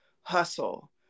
hustle